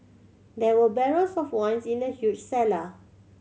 there were barrels of wine in the huge cellar